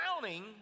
drowning